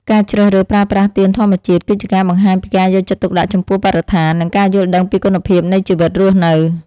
ការជ្រើសរើសប្រើប្រាស់ទៀនធម្មជាតិ គឺជាការបង្ហាញពីការយកចិត្តទុកដាក់ចំពោះបរិស្ថាន និង ការយល់ដឹងពីគុណភាពនៃជីវិតរស់នៅ។